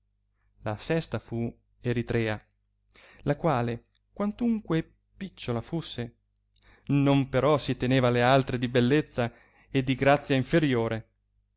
la sesta fu eritrea la quale quantunque picciola fusse non però si teneva alle altre di bellezza e di grazia inferiore